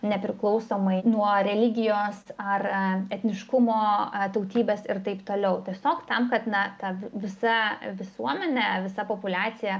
nepriklausomai nuo religijos ar etniškumo tautybės ir taip toliau tiesiog tam kad na kad visa visuomenė visa populiacija